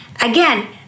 again